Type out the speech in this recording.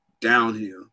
downhill